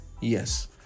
yes